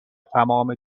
تمام